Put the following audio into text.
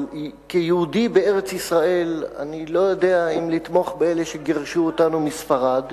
אבל כיהודי בארץ-ישראל אני לא יודע אם לתמוך באלה שגירשו אותנו מספרד